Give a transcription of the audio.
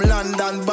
London